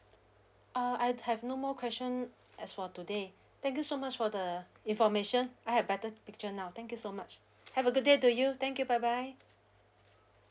uh I have no more question as for today thank you so much for the information I had better picture now thank you so much have a good day to you thank you bye bye